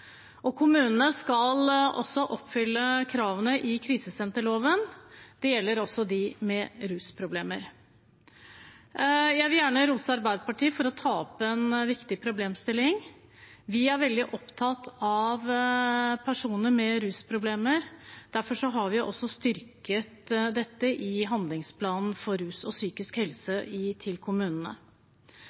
Kommunene skal også oppfylle kravene i krisesenterloven. Det gjelder også dem med rusproblemer. Jeg vil gjerne rose Arbeiderpartiet for å ta opp en viktig problemstilling. Vi er veldig opptatt av personer med rusproblemer. Derfor har vi også styrket dette i handlingsplanen for rus og psykisk helse til kommunene. Når det gjelder krisesentertilbud i de enkelte kommunene,